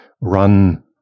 run